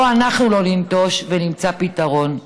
בואו אנחנו לא ניטוש ונמצא פתרון.